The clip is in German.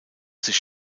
sich